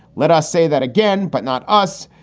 let us say that again, but not us.